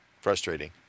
frustrating